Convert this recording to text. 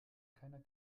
keiner